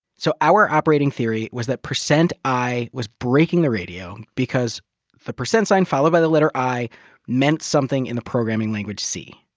so, our operating theory was that percent i was breaking the radio because the percent sign followed by the letter i meant something in the programming language c.